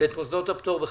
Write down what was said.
ואת מוסדות הפטור ב-55%,